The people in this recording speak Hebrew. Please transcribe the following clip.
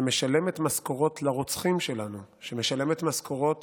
שמשלמת משכורות לרוצחים שלנו, שמשלמת משכורות